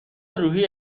روحی